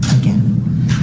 again